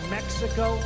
Mexico